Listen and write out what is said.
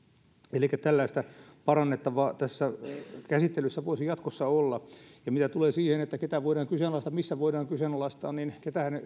elikkä tällaista parannettavaa tässä käsittelyssä voisi jatkossa olla mitä tulee siihen että ketä voidaan kyseenalaistaa missä voidaan kyseenalaistaa niin